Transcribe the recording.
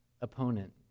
opponent